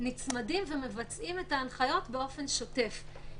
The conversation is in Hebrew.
נצמדים ומבצעים את ההנחיות באופן שוטף,